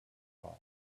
far